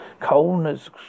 Coldness